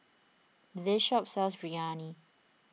this shop sells Biryani